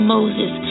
Moses